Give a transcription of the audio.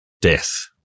death